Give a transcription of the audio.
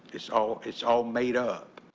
it's all it's all made up.